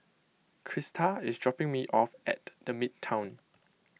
Crista is dropping me off at the Midtown